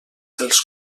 els